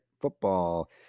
football